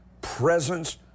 presence